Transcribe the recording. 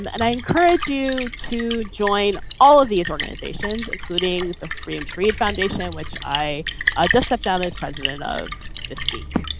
um and i encourage you to join all of these organizations, including the freedom to read foundation, which i just stepped down as president of this week.